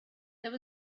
there